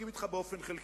אני מסכים אתך באופן חלקי.